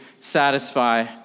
satisfy